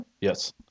Yes